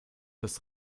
des